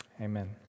amen